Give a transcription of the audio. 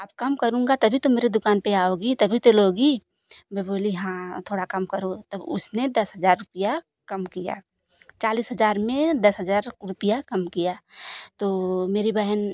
अब कम करूँगा तभी तो मेरे दुकान पर आओगी तभी तो लोगी मैं बोली हाँ थोड़ा कम करो तब उसने दस हज़ार रुपये कम किया चालिस हज़ार में दस हज़ार रुपये कम किया तो मेरी बहन ने